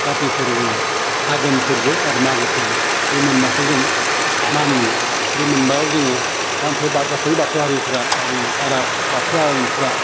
काति फोरबो आघोन फोरबो आरो मागो फोरबो बे मोनबाखौ जों मानियो बे मोनबायाव जोङो सानफ्रोमबो गासै बाथौ हारिफ्रा बाथौ आरिफ्रा